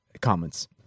comments